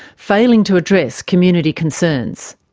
failing to address community concerns.